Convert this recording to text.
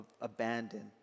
abandon